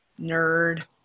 nerd